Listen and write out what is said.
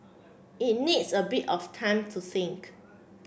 it needs a bit of time to think